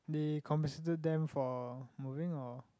they compensated them for moving or